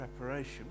preparation